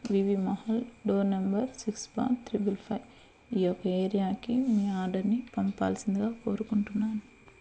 VV Mahal door number six point triple five ఈ యొక్క ఏరియాకి మీ ఆడర్ని పంపాల్సిందిగా కోరుకుంటున్నాను